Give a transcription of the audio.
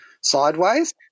sideways